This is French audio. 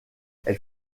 elle